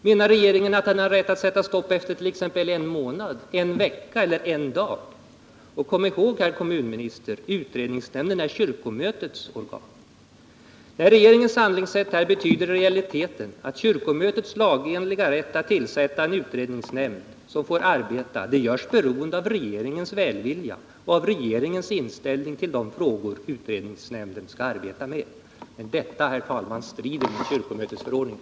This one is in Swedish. Menar regeringen att den har rätt att sätta stopp efter t.ex. en månad, en vecka eller en dag? Kom ihåg, herr kommunminister, att utredningsnämnden är kyrkomötets organ! Regeringens handlingssätt här betyder i realiteten att kyrkomötets lagenliga rätt att tillsätta en utredningsnämnd som får arbeta görs beroende av regeringens välvilja och dess inställning i de frågor som utredningsnämnden skall arbeta med. Detta, herr talman, strider mot kyrkomötesförordningen.